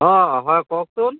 অঁ হয় কওকচোন